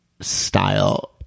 style